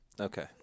Okay